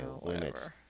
limits